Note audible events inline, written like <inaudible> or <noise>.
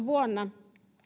<unintelligible> vuonna kaksituhattakahdeksan